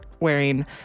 wearing